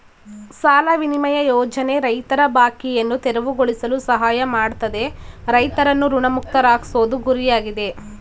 ಸಾಲ ವಿನಿಮಯ ಯೋಜನೆ ರೈತರ ಬಾಕಿಯನ್ನು ತೆರವುಗೊಳಿಸಲು ಸಹಾಯ ಮಾಡ್ತದೆ ರೈತರನ್ನು ಋಣಮುಕ್ತರಾಗ್ಸೋದು ಗುರಿಯಾಗಿದೆ